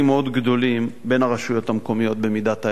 גדולים בין הרשויות המקומיות במידת ההיערכות.